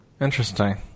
Interesting